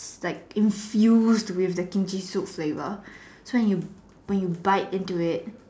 was like infused with the Kimchi soup flavour so when when you bite into it